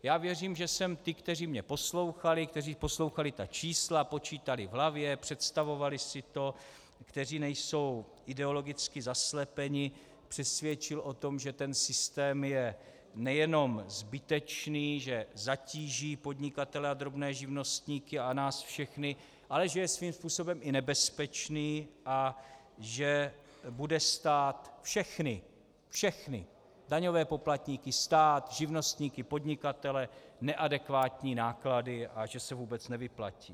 Já věřím, že jsem ty, kteří mě poslouchali, kteří poslouchali ta čísla, počítali v hlavě, představovali si to, kteří nejsou ideologicky zaslepeni, přesvědčil o tom, že ten systém je nejenom zbytečný, že zatíží podnikatele a drobné živnostníky a nás všechny, ale že je svým způsobem i nebezpečný a že bude stát všechny, všechny daňové poplatníky, stát, živnostníky, podnikatele, neadekvátní náklady a že se vůbec nevyplatí.